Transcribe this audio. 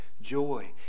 joy